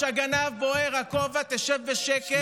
ואתה עכשיו, על ראש הגנב בוער הכובע, תשב בשקט.